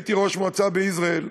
כשהייתי ראש מועצה ביזרעאל,